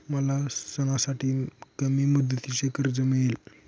मला सणासाठी कमी मुदतीचे कर्ज कोठे मिळेल?